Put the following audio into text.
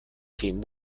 teams